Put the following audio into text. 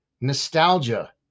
Nostalgia